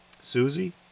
Susie